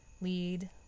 lead